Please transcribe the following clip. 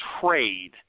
trade